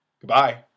Goodbye